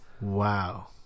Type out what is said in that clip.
Wow